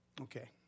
Okay